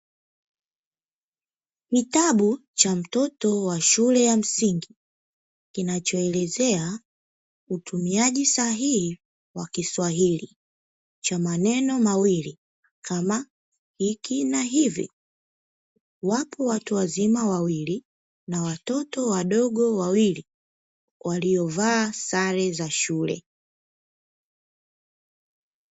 Kitabu cha mtoto wa shule ya msingi kinachoelezea utumiaji sahihi wa kiswahili cha maneno mawili kama hiki na hivi, wapo watuwazima wawili na watoto wadogo wawili waliovaa sare za shule.